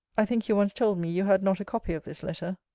i think you once told me you had not a copy of this letter.